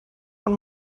von